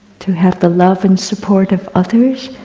to have the love and support of others,